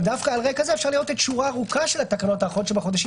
אבל דווקא על רקע זה אפשר לראות שורה ארוכה של התקנות האחרות שבחודשים